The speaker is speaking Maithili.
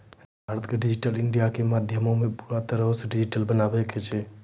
भारतो के डिजिटल इंडिया के माध्यमो से पूरा तरहो से डिजिटल बनाबै के छै